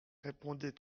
répondait